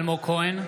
אלמוג כהן,